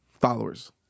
followers